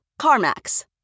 CarMax